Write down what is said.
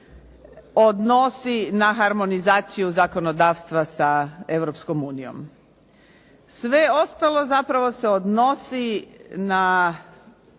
odnosi na harmonizaciju zakonodavstva sa Europskom unijom. Sve ostalo zapravo se odnosi na,